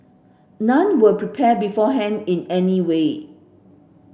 none were prepared beforehand in any way